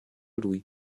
lui